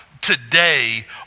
today